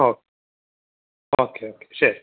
ഓ okay okay ശരി